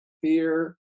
Fear